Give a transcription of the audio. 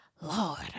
Lord